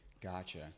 Gotcha